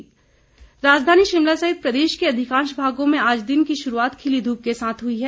मौसम राजधानी शिमला सहित प्रदेश के अधिकांश भागों में आज दिन की शुरुआत खिली धूप के साथ हुई है